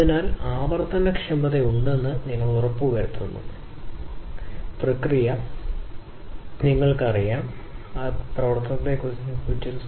അതിനാൽ എങ്ങനെ ചെയ്യാമെന്ന ചിന്താ പ്രക്രിയ അദ്ദേഹം അടിസ്ഥാനപരമായി സംഘടിപ്പിക്കുന്നു ഒരു പ്രത്യേക രൂപകൽപ്പനയിലെ ഡിസൈൻ മാറ്റവുമായി സംയോജിപ്പിച്ചു